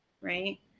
right